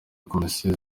komisiyo